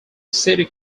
city